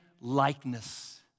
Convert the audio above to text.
likeness